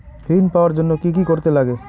ঋণ পাওয়ার জন্য কি কি করতে লাগে?